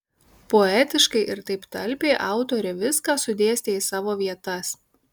poetiškai ir taip talpiai autorė viską sudėstė į savo vietas